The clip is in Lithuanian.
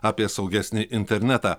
apie saugesnį internetą